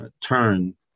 turn